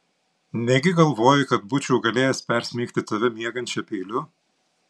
negi galvoji kad būčiau galėjęs persmeigti tave miegančią peiliu